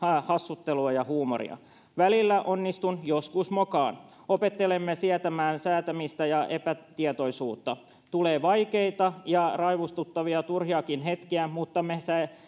hassuttelua ja huumoria välillä onnistun joskus mokaan opettelemme sietämään säätämistä ja epätietoisuutta tulee vaikeita ja raivostuttavia turhauttaviakin hetkiä mutta me